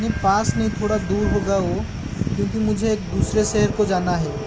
नहीं पास नहीं थोड़ा दूर होगा वो क्योंकि मुझे एक दूसरे शहर को जाना है